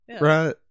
Right